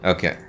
Okay